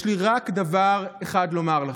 יש לי רק דבר אחד לומר לכם: